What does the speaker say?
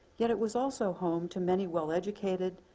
yet it was also home to many well-educated,